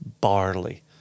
barley